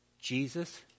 Jesus